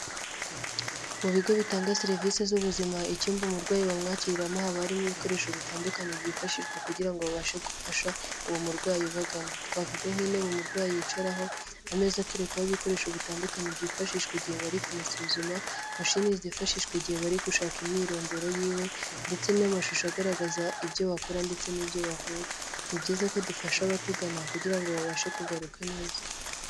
Mu bigo bitanga serivisi z'ubuzima icyumba umurwayi bamwakiriramo haba harimo ibikoresho bitandukanye byifashishwa kugira ngo babashe gufasha uwo murwayi ubagana. Twavuga nk'intebe umurwayi yicaraho, ameza aterekwaho ibikoresho bitandukanye byifashishwa igihe bari kumusuzuma, mashini zifashishwa igihe bari gushaka imyirondoro ye, ndetse n'amashusho agaragaza ibyo bakora ndetse n'ibyo bavura. Ni byiza ko dufasha abatugana kugira ngo babashe kugaruka neza.